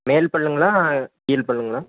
மேல் பல்லுங்களா கீழ் பல்லுங்களா